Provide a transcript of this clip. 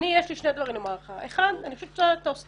שלך בוועדת חוץ וביטחון.